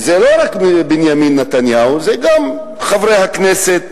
זה לא רק בנימין נתניהו, זה גם חברי הכנסת.